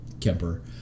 Kemper